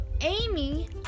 Amy